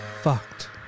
fucked